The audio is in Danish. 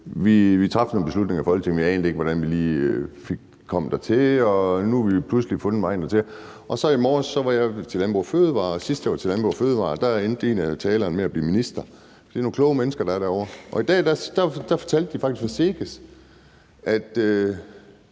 vi traf nogle beslutninger i Folketinget. Man aner ikke, hvordan vi lige kom dertil, men nu har vi så pludselig fundet vejen dertil. Så i morges var jeg hos Landbrug & Fødevarer, og sidst jeg var det, endte en af talerne med at blive minister. Det er nogle kloge mennesker, der er derovre. Og i dag fortalte de faktisk fra SEGES, at